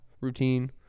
routine